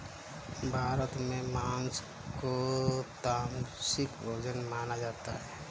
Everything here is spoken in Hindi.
भारत में माँस को तामसिक भोजन माना जाता है